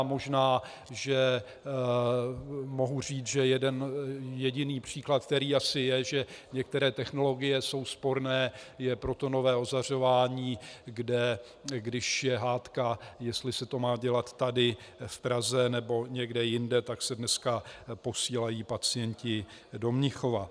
Možná mohu říci jeden jediný příklad, který asi je, že některé technologie jsou sporné, je protonové ozařování, kde když je hádka, jestli se to má dělat tady v Praze, nebo někde jinde, tak se dneska posílají pacienti do Mnichova.